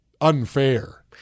unfair